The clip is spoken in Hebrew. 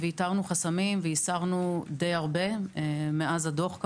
איתרנו והסרנו די הרבה חסמים מאז הדוח,